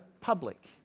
public